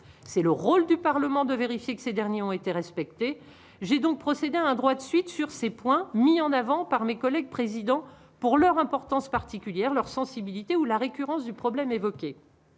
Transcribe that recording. c'est le rôle du Parlement, de vérifier que ces derniers ont été respectées, j'ai donc procéder à un droit de suite sur ces points mis en avant par mes collègues président pour leur importance particulière leur sensibilité ou la récurrence du problème évoqué